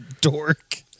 Dork